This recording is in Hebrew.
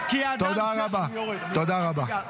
תודה רבה.